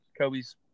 Kobe's